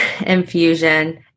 Infusion